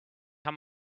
how